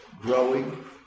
growing